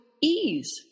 ease